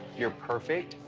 you're perfect,